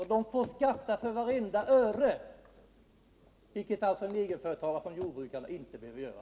Och de får skatta för vartenda öre, vilket alltså egenföretagare som jordbrukare inte behöver göra.